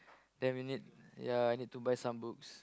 ten minute ya I need to buy some books